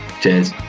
cheers